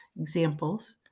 examples